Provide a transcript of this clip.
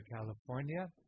California